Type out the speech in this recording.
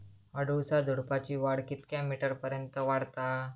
अडुळसा झुडूपाची वाढ कितक्या मीटर पर्यंत वाढता?